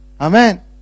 Amen